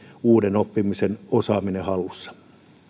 uuden oppimisen osaaminen hallussa